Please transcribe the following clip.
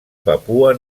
papua